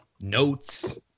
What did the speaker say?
notes